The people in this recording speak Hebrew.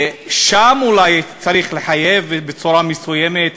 שם אולי צריך לחייב בצורה מסוימת,